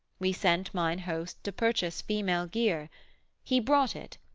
we sent mine host to purchase female gear he brought it,